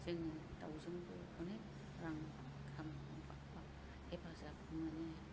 जोङो दावजोंबो अनेक रां हेफाजाब मोनो